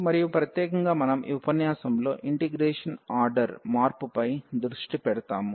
మరియు ప్రత్యేకంగా మనం ఈ ఉపన్యాసంలో ఇంటిగ్రేషన్ ఆర్డర్ మార్పుపై దృష్టి పెడతాము